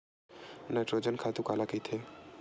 Nitrogen खातु काला कहिथे?